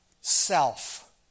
self